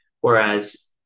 whereas